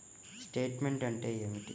Statement అంటే ఏమిటి?